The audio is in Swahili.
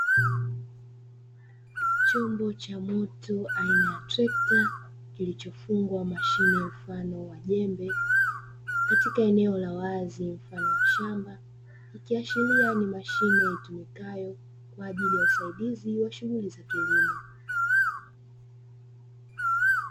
Chombo cha moto aina ya trekta kilichofungwa mashine mfano wa jembe, katika eneo la wazi mfano wa shamba ikiashiria ni mashine itumikayo kwa ajili ya usaidizi wa shughuli za kilimo.